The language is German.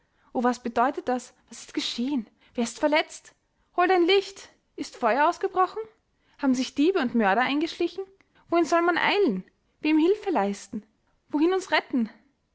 was bedeutet das was ist geschehen wer ist verletzt holt ein licht ist feuer ausgebrochen haben sich diebe und mörder eingeschlichen wohin soll man eilen wem hilfe leisten wohin uns retten